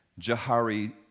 Jahari